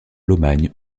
lomagne